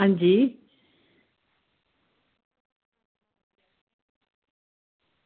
अंजी